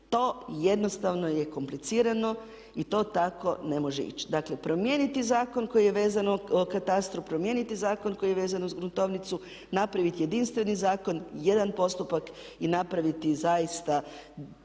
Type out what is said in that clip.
To jednostavno je komplicirano i to tako ne može ići. Dakle, promijeniti zakon koji je vezan o katastru, promijeniti zakon koji je vezan uz gruntovnicu, napraviti jedinstveni zakon, jedan postupak i napraviti zaista